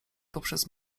poprzez